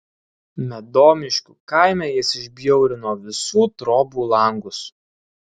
medomiškių kaime jis išbjaurino visų trobų langus